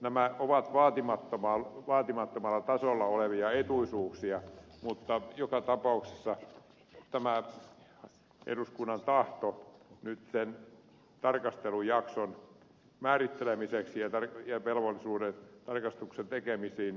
nämä ovat vaatimattomalla tasolla olevia etuisuuksia mutta joka tapauksessa tämä on eduskunnan tahto nyt sen tarkastelujakson määrittelemisestä ja velvollisuudesta tarkastuksen tekemisiin